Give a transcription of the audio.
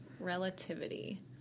relativity